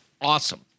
awesome